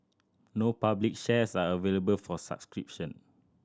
no public shares are available for